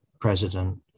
president